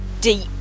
deep